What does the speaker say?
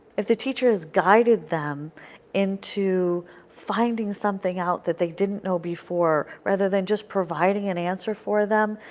if the teacher has guided them into finding something out that they didn't know before, rather than just providing an answer for them,